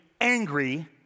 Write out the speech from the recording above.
angry